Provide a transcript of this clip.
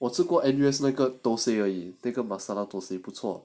我吃过 N_U_S 那个 thosai 而已那个 masala thosai 不错